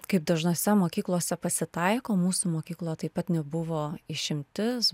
kaip dažnose mokyklose pasitaiko mūsų mokykla taip pat nebuvo išimtis